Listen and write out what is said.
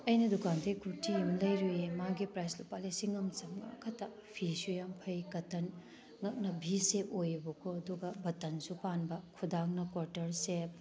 ꯑꯩꯅ ꯗꯨꯀꯥꯟꯗꯒꯤ ꯀꯨꯔꯇꯤ ꯑꯃ ꯂꯩꯔꯨꯏꯑꯦ ꯃꯥꯒꯤ ꯄ꯭ꯔꯥꯏꯁ ꯂꯨꯄꯥ ꯂꯤꯁꯤꯡ ꯑꯃ ꯆꯃꯉꯥ ꯈꯛꯇ ꯐꯤꯁꯨ ꯌꯥꯝ ꯐꯩ ꯀꯠꯇꯟ ꯉꯛꯅ ꯚꯤ ꯁꯦꯞ ꯑꯣꯏꯑꯦꯕꯀꯣ ꯑꯗꯨꯒ ꯕꯠꯇꯟꯁꯨ ꯄꯥꯟꯕ ꯈꯨꯗꯥꯡꯅ ꯀ꯭ꯋꯥꯔꯇ꯭ꯔ ꯁꯦꯞ